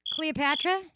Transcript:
Cleopatra